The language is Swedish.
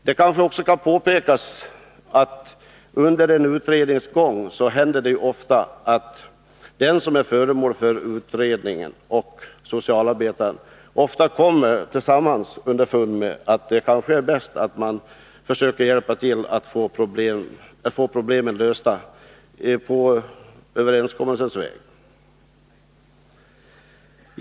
Det kanske också kan påpekas att det under en utrednings gång ofta händer att den som är föremål för utredning och socialarbetaren tillsammans kommer underfund med att det kanske är bäst att de försöker hjälpas åt för att få problemen lösta på överenskommelsens väg.